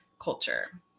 culture